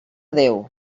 déu